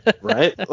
Right